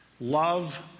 Love